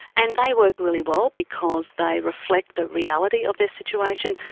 and they work really well, because they reflect the reality of their situation,